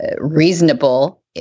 reasonable